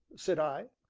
said i.